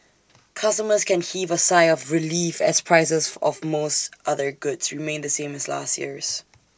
customers can heave A sigh of relief as prices for of most other goods remain the same as last year's